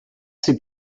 sieht